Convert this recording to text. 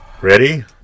Ready